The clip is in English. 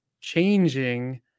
changing